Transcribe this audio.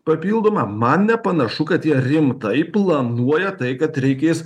papildomą man nepanašu kad jie rimtai planuoja tai kad reikės